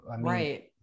Right